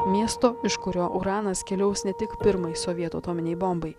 miesto iš kurio uranas keliaus ne tik pirmai sovietų atominei bombai